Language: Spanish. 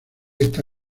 esta